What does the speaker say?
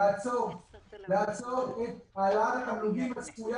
לעצור את העלאת התמלוגים הצפויה